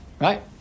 Right